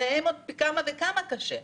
להם עוד פי כמה וכמה קשה.